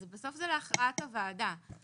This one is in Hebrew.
בסוף זה להכרעת הוועדה.